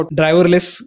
driverless